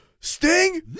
Sting